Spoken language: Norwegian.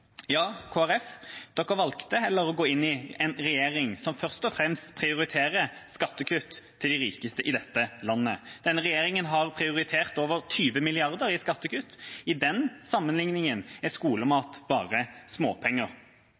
Ja, Kristelig Folkeparti valgte heller å gå inn i en regjering som først og fremst prioriterer skattekutt til de rikeste i dette landet. Denne regjeringa har prioritert over 20 mrd. kr i skattekutt. I den sammenligningen er skolemat bare småpenger.